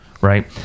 right